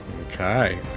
Okay